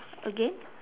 again